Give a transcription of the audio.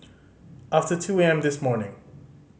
after two A M this morning